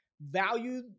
Value